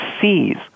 sees